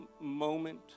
moment